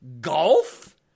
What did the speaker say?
Golf